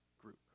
group